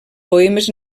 poemes